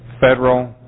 federal